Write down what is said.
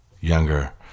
Younger